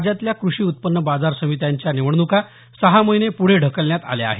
राज्यातल्या क्रषी उत्पन्न बाजार समित्यांच्या निवडणुका सहा महिने पुढे ढकलण्यात आल्या आहेत